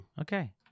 Okay